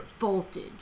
voltage